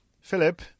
Philip